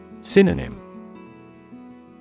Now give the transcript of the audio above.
Synonym